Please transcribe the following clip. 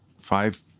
five